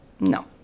No